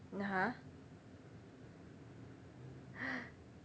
(uh huh)